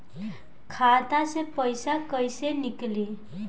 खाता से पैसा कैसे नीकली?